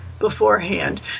beforehand